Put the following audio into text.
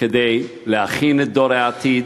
כדי להכין את דור העתיד,